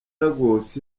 lagos